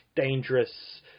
dangerous